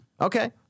Okay